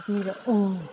ꯄꯤꯔꯛꯎ